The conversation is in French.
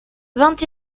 vingt